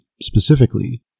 specifically